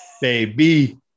Baby